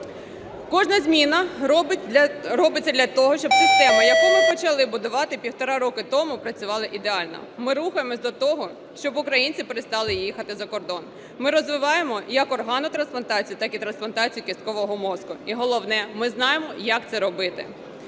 Кожна зміна робиться для того, щоб система, яку ми почали будувати півтора року тому, працювала ідеально. Ми рухаємося до того, щоб українці перестали їхати за кордон. Ми розвиваємо як органну трансплантацію, так і трансплантацію кісткового мозку. І головне – ми знаємо як це робити.